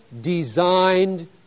designed